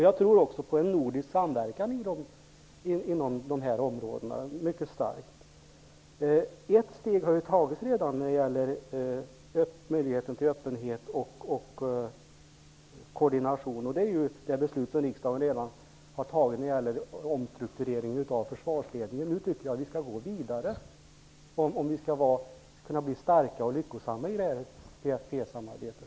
Jag tror också mycket starkt på en nordisk samverkan inom de här områdena. Ett steg har redan tagits när det gäller möjligheten till öppenhet och koordination, nämligen omstruktureringen av försvarsledningen. Nu tycker jag att vi måste gå vidare om vi skall kunna bli starka och lyckosamma i PFF-samarbetet.